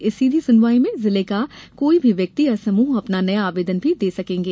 इस सीधी सुनवाई में जिले का कोई भी व्यक्ति या समूह अपना नया आवेदन भी दे सकेंगे